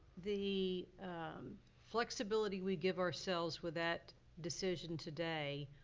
the flexibility we give ourselves with that decision today,